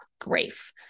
grief